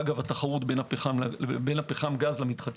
התחרות בין הפחם גז למתחדשות.